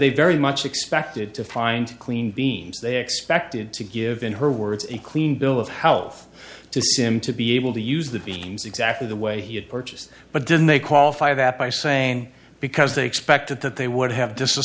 they very much expected to find clean beans they expected to give in her words a clean bill of health to see him to be able to use the beans exactly the way he had purchased but then they qualify that by saying because they expected that they would have